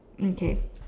mm K